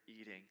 eating